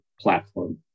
platform